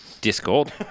Discord